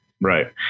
Right